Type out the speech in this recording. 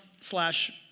slash